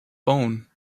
bone